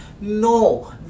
no